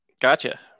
Gotcha